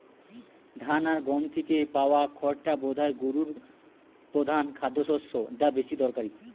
ধান আর গম থিকে পায়া খড়টা বোধায় গোরুর পোধান খাদ্যশস্য যা বেশি দরকারি